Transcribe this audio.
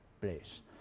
place